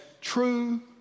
true